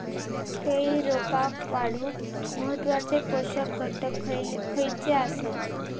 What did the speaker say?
केळी रोपा वाढूक महत्वाचे पोषक घटक खयचे आसत?